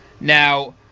Now